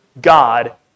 God